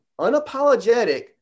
unapologetic